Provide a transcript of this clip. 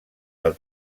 del